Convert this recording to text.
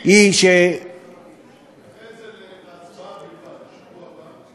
מיקי, תדחה את זה, הצבעה בלבד, לשבוע הבא.